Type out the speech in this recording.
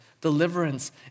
Deliverance